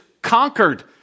conquered